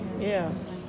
Yes